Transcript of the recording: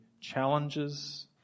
challenges